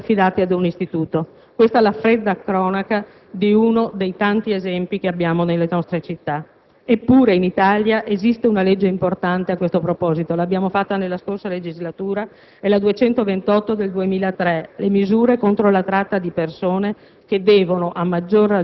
I minori sono stati affidati ad un istituto». Questa la fredda cronaca di uno dei tanti esempi che abbiamo nelle nostre città, eppure in Italia esiste una legge importante a questo proposito, l'abbiamo approvata nella scorsa legislatura, la n. 228 del 2003, «Misure contro la tratta di persone»